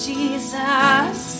Jesus